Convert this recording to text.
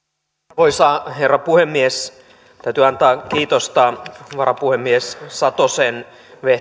arvoisa herra puhemies täytyy antaa kiitosta varapuhemies satosen